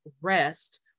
rest